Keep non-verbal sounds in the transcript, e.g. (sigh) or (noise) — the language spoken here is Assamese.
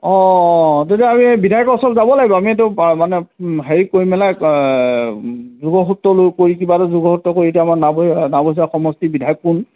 অঁ তেতিয়া আমি বিধায়কৰ ওচৰত যাব লাগিব আমি এইটো (unintelligible) মানে হেৰি কৰি মেলাই যোগসূত্ৰ লৈ কৰি কিবা এটা যোগসূত্ৰ কৰি এতিয়া আমাৰ নাওবৈচা নাওবৈচা সমষ্টিৰ বিধায়ক কোন